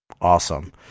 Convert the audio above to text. awesome